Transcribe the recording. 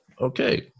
Okay